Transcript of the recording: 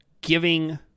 giving